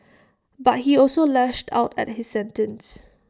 but he also lashed out at his sentence